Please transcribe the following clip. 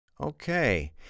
Okay